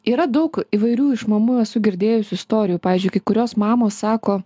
yra daug įvairių iš mamų esu girdėjus istorijų pavyzdžiui kai kurios mamos sako